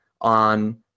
on